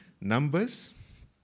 Numbers